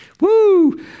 Woo